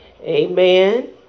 Amen